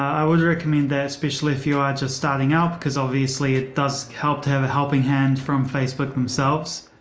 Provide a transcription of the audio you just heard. i would recommend there, especially if you are just starting out, because obviously it does help to have a helping hand from facebook themselves.